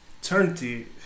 Eternity